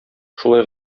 шулай